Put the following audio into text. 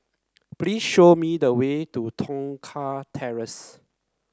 please show me the way to Tong Terrace